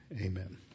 Amen